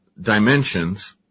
dimensions